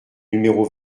numéro